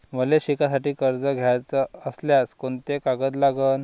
मले शिकासाठी कर्ज घ्याचं असल्यास कोंते कागद लागन?